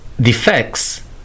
defects